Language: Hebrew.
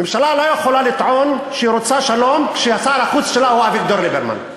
ממשלה לא יכולה לטעון שהיא רוצה שלום כששר החוץ שלה הוא אביגדור ליברמן.